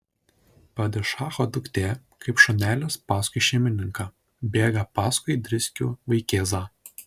padišacho duktė kaip šunelis paskui šeimininką bėga paskui driskių vaikėzą